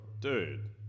Dude